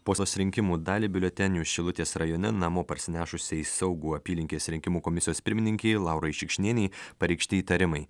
po susirinkimo dalį biuletenių šilutės rajone namo parsinešusi saugų apylinkės rinkimų komisijos pirmininkei laurai šikšnienei pareikšti įtarimai